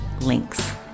links